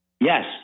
yes